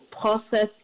process